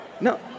No